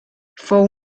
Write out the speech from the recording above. fou